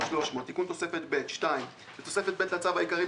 5,300,000 תיקון תוספת ב' 2. בתוספת ב' לצו העיקרי,